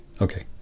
okay